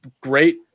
great